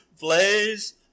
blaze